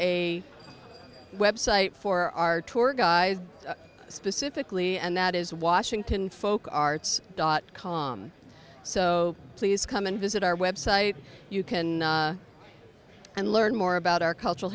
a website for our tour guys specifically and that is washington folk arts dot com so please come and visit our website you can and learn more about our cultural